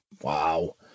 Wow